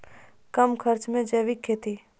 कम खर्च मे जैविक खेती?